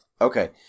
Okay